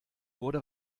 wurde